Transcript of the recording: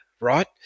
right